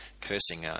Cursing